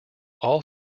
all